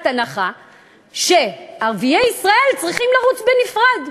הנחה שערביי ישראל צריכים לרוץ בנפרד.